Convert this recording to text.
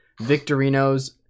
Victorinos